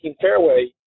fairway